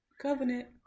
Covenant